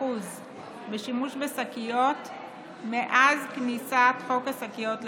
בשימוש בשקיות מאז כניסת חוק השקיות לתוקף.